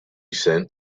sent